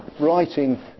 writing